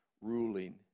ruling